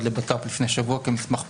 לביטחון לאומי לפני שבוע כמסמך פנימי.